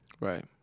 Right